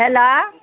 hello